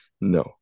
no